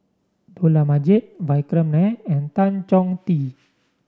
Dollah Majid Vikram Nair and Tan Chong Tee